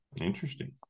Interesting